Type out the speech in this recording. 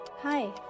hi